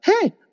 hey